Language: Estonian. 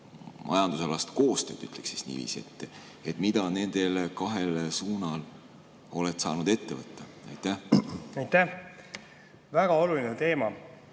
majandusalast koostööd, ütleks niiviisi. Mida sa nendel kahel suunal oled saanud ette võtta? Aitäh, väga oluline teema!